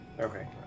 Okay